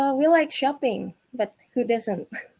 ah we like shopping, but who doesn't?